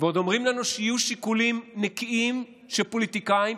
ועוד אומרים לנו שיהיו שיקולים נקיים של פוליטיקאים,